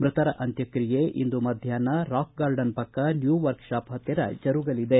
ಮೃತರ ಅಂತ್ಯಕ್ರಿಯೆ ಇಂದು ಮಧ್ವಾಷ್ನ ರಾಕ್ ಗಾರ್ಡನ್ ಪಕ್ಕ ನ್ಯೂ ವರ್ಕ್ ಶಾಪ್ ದುಂಡಸಿ ದಾರಿ ಹತ್ತಿರ ಜರುಗಲಿದೆ